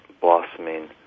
blossoming